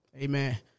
Amen